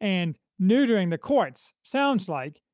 and neutering the courts sounds like,